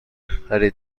خرید